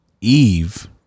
Eve